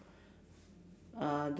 uh